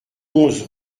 onze